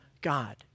God